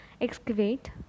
excavate